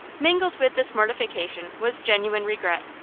mingled with this mortification was genuine regret,